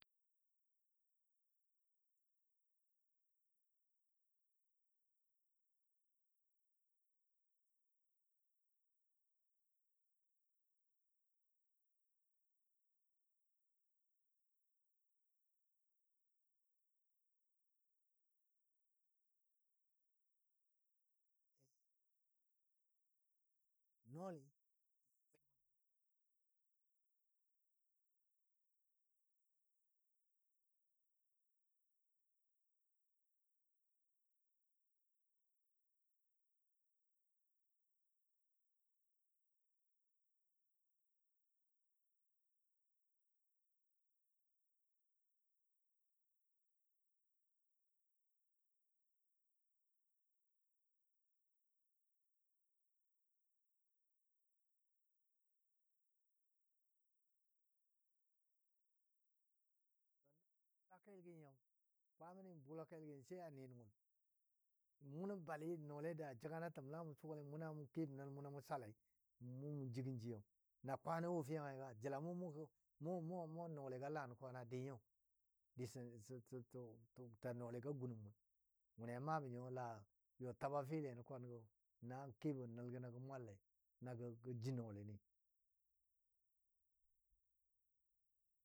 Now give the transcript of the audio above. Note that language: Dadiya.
Jʊ mə kʊwɔ a nyəm məndi gəm fɔ a yauli kəngkə bʊlami a ni nʊngəlli yau mən, mən gʊni yau mə kuwɔ bɔ jʊ gəwɔ jʊ ba bwi mən suwale mə jʊ mən kuwo ani nʊngəli nɔɔli jəbɔ bwilagɔ ja maaka kilan nei jibɔ bwila gɔ nəngo nɔɔligɔ ala baligɔ kwanɔ a dou bali gɔ jəga təm agwi a yitəgoi a bwilagɔ gəm nəngo suwale gɔ dweyeni uyo sai bʊngəno a kʊsi la baligɔ dam a təmi you mi gənə kwani la sʊwale gɔ nan kebo gə mwal taal nəl gənɔ lei sai gə jigən, nan kebɔ gə mwal taal nəlgənɔ lei sai gə jigən to kel gø gə suwale nyi you to na kwanɔ wɔi we la nɔɔliga dənna jəgga təmi? to nan bʊla kelgɔ nyi nyo kwamani mə bʊla kelgə lei sai a ni nʊngəl mʊ nən bali nɔɔli a den a jəga təm la mʊ sʊwale mou nan kebɔ nel mʊnɔ mʊ salai mɔ mʊ jigən ji yo na kwanɔ wɔ fiyangi ga, jəla mʊ nɔɔligo alan kwan a di nyo sə nɔɔligɔ agʊnəm mʊn wʊni a maabɔ nyo la taba file gɔ na kebɔ nəl gənɔ gə salai nagə ji nɔɔli gɔ.